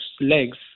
legs